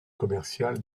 commerciale